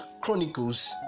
Chronicles